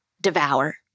devour